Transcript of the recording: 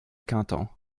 canton